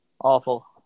Awful